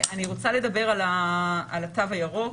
אני רוצה לדבר על התו הירוק.